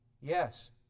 Yes